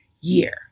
year